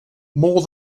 more